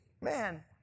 Man